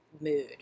mood